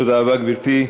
תודה רבה, גברתי.